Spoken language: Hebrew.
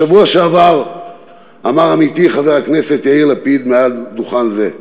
בשבוע שעבר אמר עמיתי חבר הכנסת יאיר לפיד מעל דוכן זה,